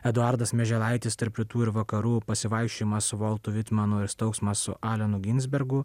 eduardas mieželaitis tarp rytų ir vakarų pasivaikščiojimas su voltu vitmenu ir staugsmas su alenu ginsbergu